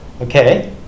Okay